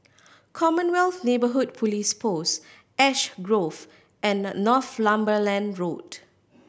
Commonwealth Neighbourhood Police Post Ash Grove and Northumberland Road